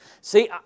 See